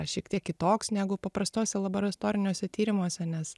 šiek tiek kitoks negu paprastuose laboratoriniuose tyrimuose nes